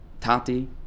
tati